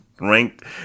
ranked